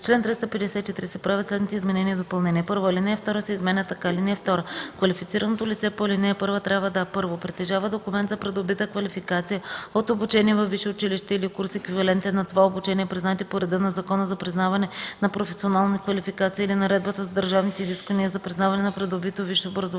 чл. 353 се правят следните изменения и допълнения: 1. Алинея 2 се изменя така: „(2) Квалифицираното лице по ал. 1 трябва да: 1. притежава документ за придобита квалификация от обучение във висше училище или курс, еквивалентен на това обучение, признати по реда на Закона за признаване на професионални квалификации или Наредбата за държавните изисквания за признаване на придобито висше